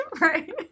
Right